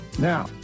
Now